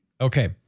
Okay